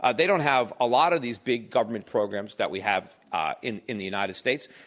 ah they don't have a lot of these big government programs that we have ah in in the united states.